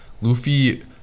Luffy